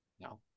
No